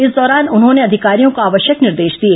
इस दौरान उन्होंने अधिकारियों को आवश्यक निर्देश दिए